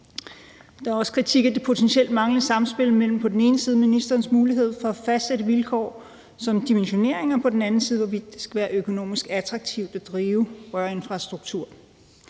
Der er også kritik af det potentielt manglende samspil mellem på den ene side ministerens mulighed for at fastsætte vilkår, herunder om dimensionering, og på den anden side, at det skal være økonomisk attraktivt at drive rørinfrastruktur.